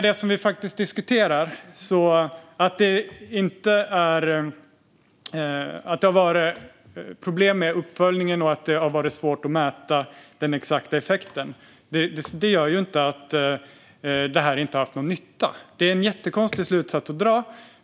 Det som vi faktiskt diskuterar är att det har varit problem med uppföljningen och att det har varit svårt att mäta den exakta effekten. Det innebär inte att detta inte har haft någon nytta. Det är en jättekonstig slutsats att dra.